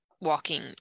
walking